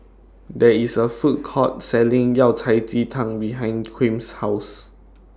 There IS A Food Court Selling Yao Cai Ji Tang behind Kwame's House